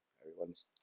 Everyone's